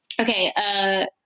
okay